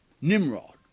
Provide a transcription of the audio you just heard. Nimrod